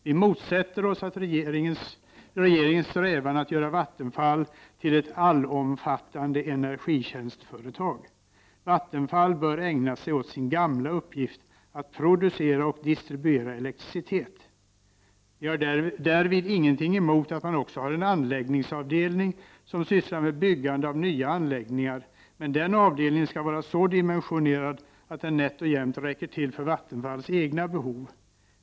Vi motsätter oss regeringens strävan att göra Vattenfall till ett allomfattande energitjänstföretag. Vattenfall bör ägna sig åt sin gamla uppgift att producera och distribuera elektricitet. Vi har därvid inget emot att man också har en anläggningsavdelning som sysslar med byggande av nya anläggningar, men den avdelningen skall vara så dimensionerad att den nätt och jämnt räcker till för Vattenfalls egna behov.